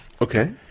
Okay